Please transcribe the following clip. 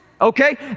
okay